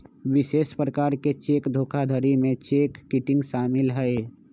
विशेष प्रकार के चेक धोखाधड़ी में चेक किटिंग शामिल हइ